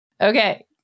Okay